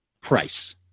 price